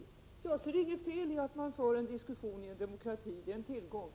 Jag ser inget fel i att man för en diskussion i en demokrati, det är en tillgång.